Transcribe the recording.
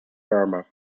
burma